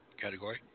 category